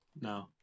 No